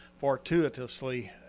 Fortuitously